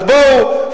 אז בואו,